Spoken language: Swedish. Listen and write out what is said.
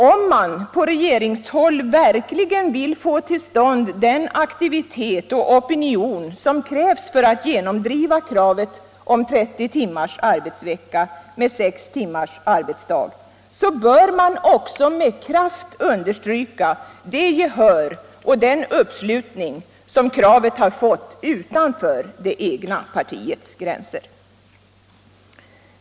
Om man på regeringshåll verkligen vill få till stånd den aktivitet och opinion som krävs för att genomdriva kravet på 30 timmars arbetsvecka med sex timmars arbetsdag så bör man också med kraft understryka det gehör och den uppslutning som kravet fått utanför det egna partiets gränser.